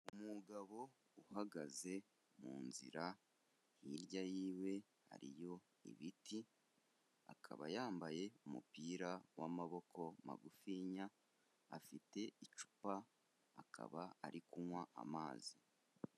Umugabo uhagaze mu nzira, hirya yiwe hariyo ibiti, akaba yambaye umupira w'amaboko magufinya, afite icupa, akaba ari kunywa amazi.